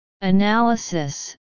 Analysis